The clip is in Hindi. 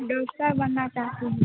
डोकटर बनना चाहती हूँ